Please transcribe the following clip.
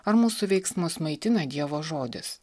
ar mūsų veiksmus maitina dievo žodis